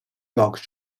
york